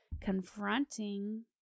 confronting